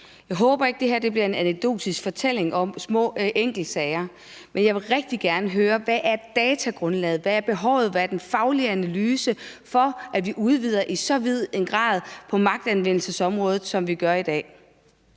Jeg håber ikke, det her bliver en anekdotisk fortælling om små enkeltsager, men jeg vil rigtig gerne høre: Hvad er datagrundlaget? Hvad er behovet? Hvad er den faglige analyse bag, at vi udvider magtanvendelsesområdet i så vid grad,